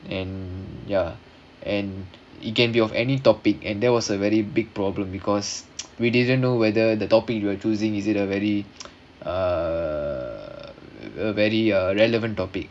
and ya and it can be of any topic and there was a very big problem because we didn't know whether the topic you are choosing is it a very uh a very uh relevant topic